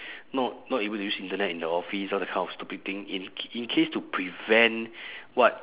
not not able to use internet in the office all that kind of stupid thing in in case to prevent what